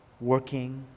Working